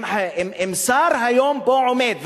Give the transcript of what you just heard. אם שר היום פה עומד,